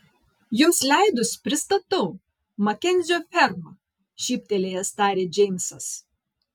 jums leidus pristatau makenzio ferma šyptelėjęs tarė džeimsas